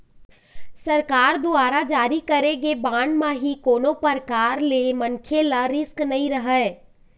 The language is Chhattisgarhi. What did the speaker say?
सरकार दुवारा जारी करे गे बांड म ही कोनो परकार ले मनखे ल रिस्क नइ रहय